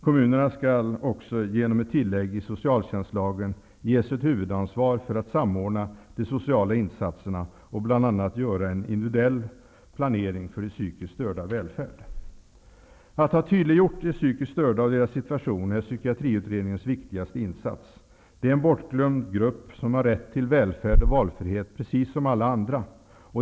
Kommunerna skall också genom ett tillägg i socialtjänstlagen ges ett huvudansvar att samordna de sociala insatserna och bl.a. göra en individuell planering för de psykiskt stördas välfärd. Att ha synliggjort de psykiskt störda och deras situation är Psykiatriutredningens viktigaste insats. Det är en bortglömd grupp, som har rätt till välfärd och valfrihet precis som alla andra.